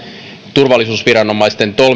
turvallisuusviranomaisten